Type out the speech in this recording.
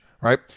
right